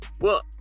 Well